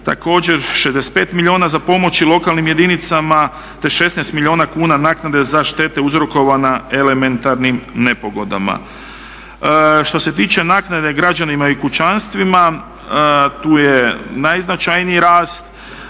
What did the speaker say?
Također 65 milijuna za pomoći lokalnim jedinicama te 16 milijuna kuna naknade za štete uzrokovana elementarnim nepogodama. Što se tiče naknade građanima i kućanstvima, tu je najznačajniji rast.